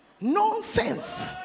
nonsense